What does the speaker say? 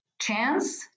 chance